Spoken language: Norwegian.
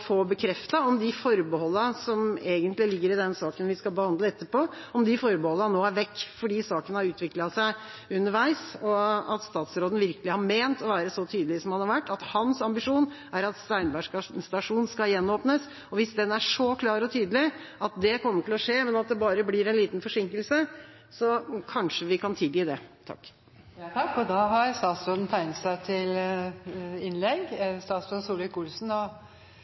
få bekreftet, om de forbeholdene som egentlig ligger i den saken vi skal behandle etterpå, er vekk, fordi saken har utviklet seg underveis, og om statsråden virkelig har ment å være så tydelig som han har vært – at hans ambisjon er at Steinberg stasjon skal gjenåpnes. Hvis den ambisjonen er så klar og tydelig at det kommer til å skje, men at det bare blir en liten forsinkelse, så kanskje vi kan tilgi det. Da har statsråd Ketil Solvik-Olsen tegnet seg til innlegg.